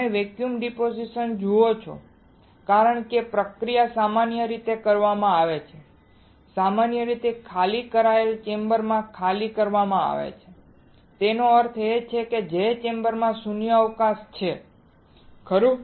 તમે vacuum deposition જુઓ છો કારણ કે પ્રક્રિયા સામાન્ય રીતે કરવામાં આવે છે સામાન્ય રીતે ખાલી કરાયેલ ચેમ્બરમાં ખાલી કરવામાં આવે છે તેનો અર્થ એ છે કે જે ચેમ્બરમાં શૂન્યાવકાશ છે ખરું